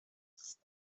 است